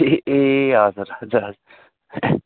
ए हजुर हजुर